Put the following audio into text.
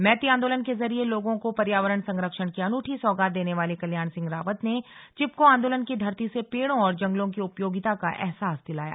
मैती आंदोलन के जरिए लोगों को पर्यावरण संरक्षण की अनूठी सौगात देने वाले कल्याण सिंह रावत ने चिपको आंदोलन की धरती से पेड़ों और जंगलों की उपयोगिता का अहसास दिलाया